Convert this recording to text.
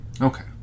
Okay